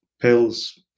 pills